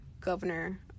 governor